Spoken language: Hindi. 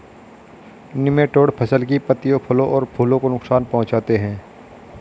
निमैटोड फसल की पत्तियों फलों और फूलों को नुकसान पहुंचाते हैं